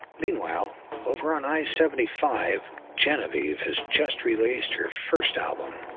meanwhile over on i seventy five, genevieve has just released her first album,